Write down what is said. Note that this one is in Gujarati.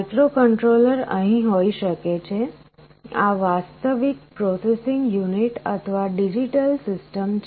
માઇક્રોકન્ટ્રોલર અહીં હોઈ શકે છે આ વાસ્તવિક પ્રોસેસિંગ યુનિટ અથવા ડિજિટલ સિસ્ટમ છે